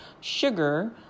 sugar